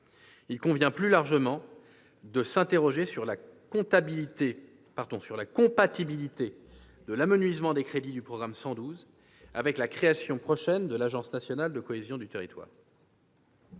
Il convient, plus largement, de s'interroger sur la compatibilité de l'amenuisement des crédits du programme 112 avec la création prochaine de l'agence nationale de la cohésion des territoires.